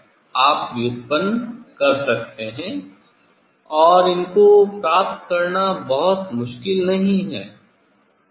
आप व्युत्पन्न कर सकते हैं और इनको प्राप्त करना बहुत मुश्किल नहीं है